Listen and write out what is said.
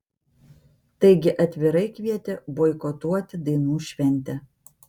taigi atvirai kvietė boikotuoti dainų šventę